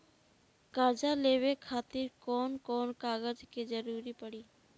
कर्जा लेवे खातिर कौन कौन कागज के जरूरी पड़ी?